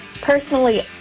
personally